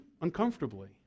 uncomfortably